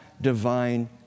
divine